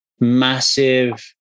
massive